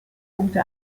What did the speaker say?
punkte